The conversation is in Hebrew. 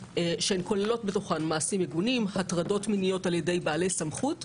שכוללות בתוכן מעשים מגונים והטרדות מיניות על-ידי בעלי סמכות ,